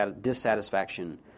dissatisfaction